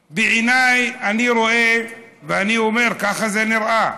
בעיניי, אני רואה, ואני אומר שככה זה נראה,